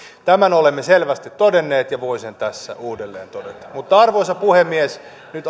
tämän olemme selvästi todenneet ja voin sen tässä uudelleen todeta mutta arvoisa puhemies palaan nyt